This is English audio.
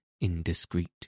indiscreet